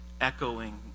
echoing